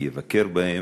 אני אבקר בהם,